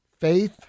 faith